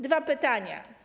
Dwa pytania.